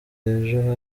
ejo